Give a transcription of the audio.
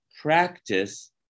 practice